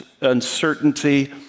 uncertainty